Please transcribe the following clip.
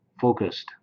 focused